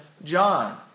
john